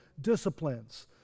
disciplines